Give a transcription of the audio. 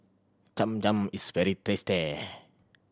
Cham Cham is very tasty